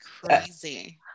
crazy